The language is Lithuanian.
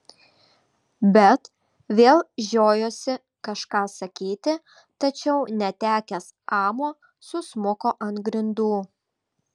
bet vėl žiojosi kažką sakyti tačiau netekęs amo susmuko ant grindų